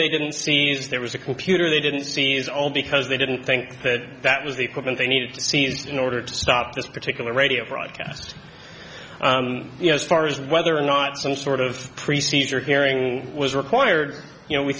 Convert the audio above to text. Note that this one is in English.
they didn't seems there was a computer they didn't seize all because they didn't think that that was the equipment they needed seized in order to stop this particular radio broadcast you know as far as whether or not some sort of preceded your hearing was required you know we